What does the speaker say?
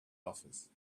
office